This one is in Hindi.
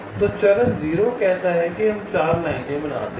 तो चरण 0 कहता है कि हम 4 लाइनें बनाते हैं